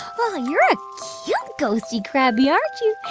but you're a cute ghostie crabbie, aren't you?